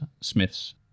Smith's